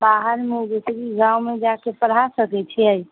बाहरमे जैसेकि गाममे जा कऽ पढ़ा सकैत छियै